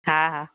हा हा